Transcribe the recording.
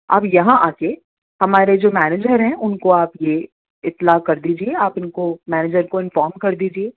آپ یہاں آ کے ہمارے جو مینیجر ہیں ان کو آپ یہ اطلاع کر دیجیے آپ ان کو مینیجیر کو انفام کر دیجیے